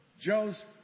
Joe's